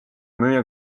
müüja